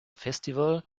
festival